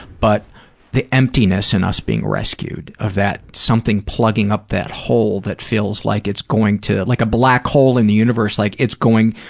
but the emptiness in us being rescued, of that something plugging up that hole that feels like it's going to, like a black hole in the universe, like it's going,